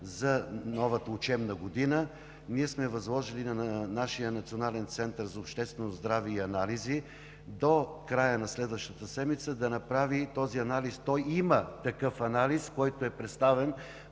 за новата учебна година, ние сме възложили на нашия Национален център за обществено здраве и анализи до края на следващата седмица да направи този анализ. Националният център има такъв анализ, който е представен